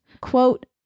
quote